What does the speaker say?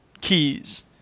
keys